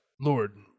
Lord